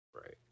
Right